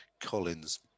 Collins